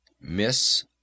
Miss